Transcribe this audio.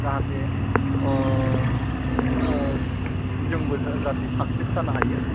जाहाथे अ जोंबो जाहाथे साक्सेस जानो हायो